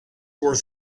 were